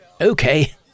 Okay